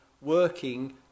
working